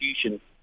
execution